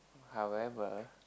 however